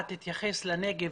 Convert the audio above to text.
אזורי תעסוקה,